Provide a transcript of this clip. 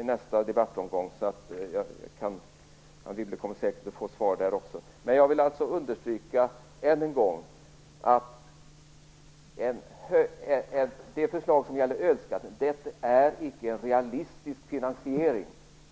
i nästa debattomgång. Anne Wibble kommer säkert att få svar då också. Jag vill än en gång understryka att förslaget om ölskatten inte är en realistisk finansiering.